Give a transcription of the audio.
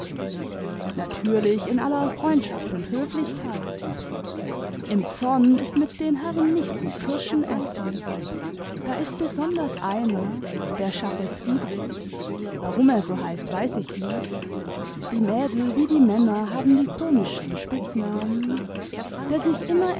natürlich in aller freimdschaft und höflichkeit im zorn ist mit den herren nicht gut kirschen essen da ist besonders einer der schache friedrich warum er so heißt weiß ich nicht die mädel wie die männer haben die komischsten spitznamen der sich immer